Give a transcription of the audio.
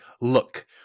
look